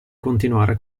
continuare